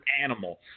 animal